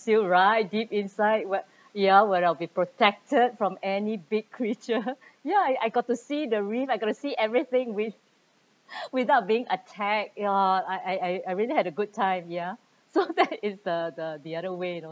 right deep inside whe~ ya where I'll be protected from any big creature ya I got to see the reef I got to see everything with~ without being attacked ya I I I I really had a good time ya so that is the the the other way you know